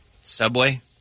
Subway